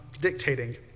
dictating